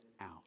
out